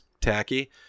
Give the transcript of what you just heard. tacky